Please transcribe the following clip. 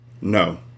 No